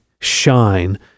shine